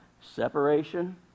Separation